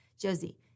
Josie